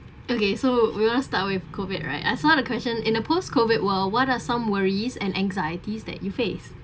okay so we want to start with COVID right as one of the question in a post COVID well what are some worries and anxieties that you face